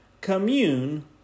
Commune